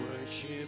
worship